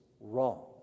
wrong